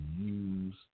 use